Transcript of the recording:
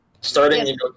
starting